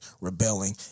rebelling